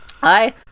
Hi